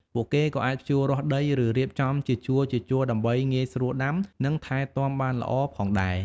ពួកគេក៏អាចភ្ជួររាស់ដី ឬរៀបចំជាជួរៗដើម្បីងាយស្រួលដាំ និងថែទាំបានល្អផងដែរ។